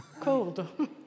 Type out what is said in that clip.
Cold